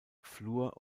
flur